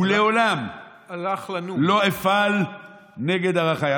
הלך, ולעולם לא אפעל נגד ערכיי.